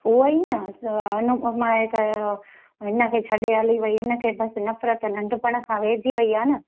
उहेई न अनुपमा जे करे हिनखे छॾे हली वई हिनखे बसि नफ़िरत नंढपिण खां वहिजी वई आहे न